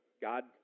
God